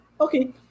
Okay